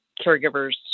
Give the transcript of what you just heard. caregivers